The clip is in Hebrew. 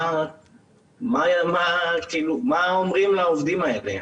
מה אומרים לעובדים האלה.